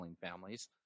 families